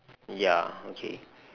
ya okay